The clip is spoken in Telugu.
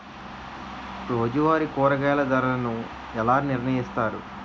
రోజువారి కూరగాయల ధరలను ఎలా నిర్ణయిస్తారు?